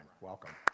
Welcome